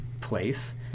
place